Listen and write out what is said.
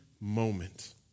moment